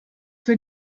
will